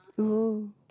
oh